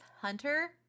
Hunter